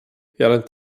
während